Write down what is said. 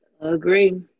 Agree